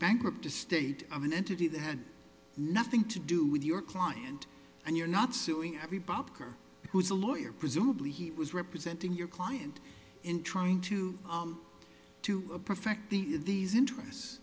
bankrupt estate of an entity that had nothing to do with your client and you're not suing every bachar who's a lawyer presumably he was representing your client in trying to to perfect the these interests